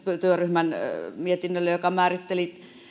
työryhmän mietinnölle joka määritteli